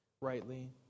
rightly